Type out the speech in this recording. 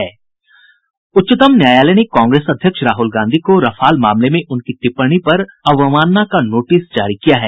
उच्चतम न्यायालय ने कांग्रेस अध्यक्ष राहल गांधी को रफाल मामले में उनकी टिप्पणी पर अवमानना का नोटिस जारी किया है